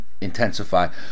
intensify